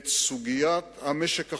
את סוגיית המשק החופשי,